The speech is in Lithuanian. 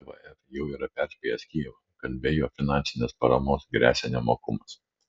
tvf jau yra perspėjęs kijevą kad be jo finansinės paramos gresia nemokumas